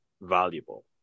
valuable